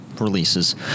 releases